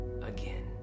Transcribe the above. again